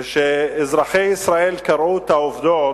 וכשאזרחי ישראל קראו את העובדות,